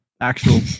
actual